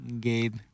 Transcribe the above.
Gabe